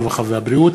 הרווחה והבריאות,